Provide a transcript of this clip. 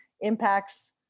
impacts